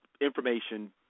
information